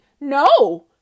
no